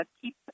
keep